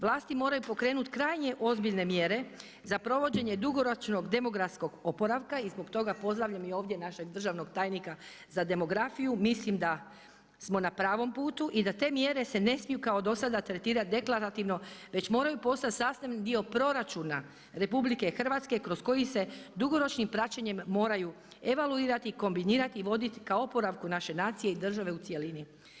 Vlasti moraju pokrenuti krajnje ozbiljne mjere za provođenje dugoročnog demografskog oporavka i zbog toga pozdravljam i ovdje našeg državnog tajnika za demografiju, mislim da samo na pravom putu i da te mjere se ne smiju kao do sada tretirat deklarativno, već moraju postat sastavni dio proračuna RH, kroz koji se dugoročnim praćenjem moraju evaluirati, kombinirati i voditi ka oporavku naše nacije i države u cjelini.